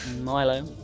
Milo